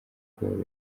kubaho